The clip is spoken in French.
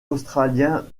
australien